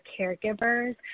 caregivers